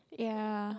ya